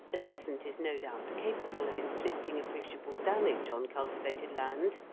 the pheasant is no doubt capable of inflicting appreciable damage on cultivated land,